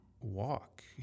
walk